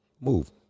Move